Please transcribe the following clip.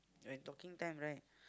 when talking time right